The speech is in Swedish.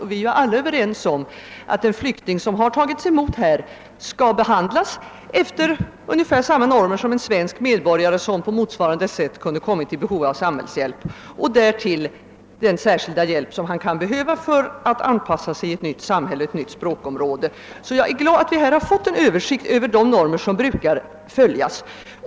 Vi är ju alla överens om att en flykting som tagits emot här skall behandlas efter ungefär samma normer som en svensk medborgare, som på motsvarande sätt kommit i behov av samhällshjälp och att han dessutom bör få den särskilda hjälp som han kan behöva för att kunna anpassa sig i ett nytt samhälle och inom ett nytt språkområde. Jag är därför glad att vi här har fått en översikt över de normer som brukar följas.